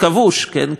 כי אם הר-הבית